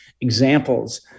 examples